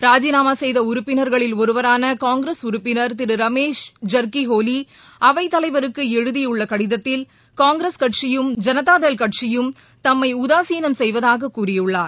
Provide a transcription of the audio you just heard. ராஜிநாமா செய்த உறுப்பினர்களில் ஒருவரான காங்கிரஸ் உறுப்பினர் திரு ரமேஷ் ஜர்க்கீ ஹோலி அவைத்தலைவருக்கு எழுதியுள்ள கடிதத்தில் காங்கிரஸ் கட்சியும் இ ஜனதாள் கட்சியும் தம்மை உதாசினம் செய்வதாகக் கூறியுள்ளார்